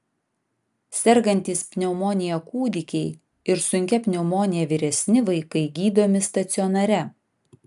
sergantys pneumonija kūdikiai ir sunkia pneumonija vyresni vaikai gydomi stacionare